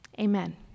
Amen